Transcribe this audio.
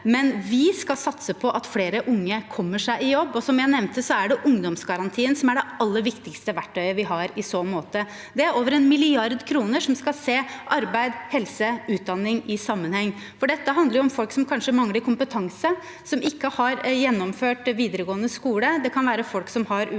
men vi skal satse på at flere unge kommer seg i jobb. Som jeg nevnte, er det ungdomsgarantien som er det aller viktigste verktøyet vi har i så måte. Det er over 1 mrd. kr. En skal se arbeid, helse og utdanning i sammenheng, for dette handler om folk som kanskje mangler kompetanse, som ikke har gjennomført videregående skole, og det kan være folk som har ulike